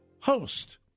host